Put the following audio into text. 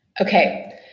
Okay